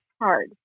hard